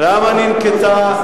תעשה סמינר.